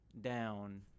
down